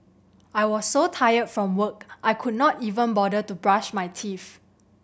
I was so tired from work I could not even bother to brush my teeth